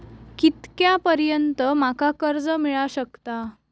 कितक्या पर्यंत माका कर्ज मिला शकता?